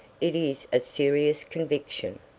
it is a serious conviction.